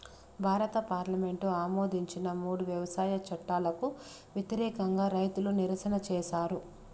భారత పార్లమెంటు ఆమోదించిన మూడు వ్యవసాయ చట్టాలకు వ్యతిరేకంగా రైతులు నిరసన చేసారు